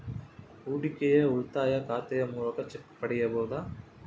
ಹೂಡಿಕೆಯ ಉಳಿತಾಯ ಖಾತೆಯ ಮೂಲಕ ಚೆಕ್ ಪಡೆಯಬಹುದಾ?